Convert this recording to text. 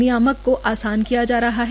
नियामक को आसान किया जा रहा है